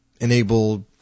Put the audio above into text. enable